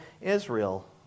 Israel